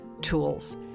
tools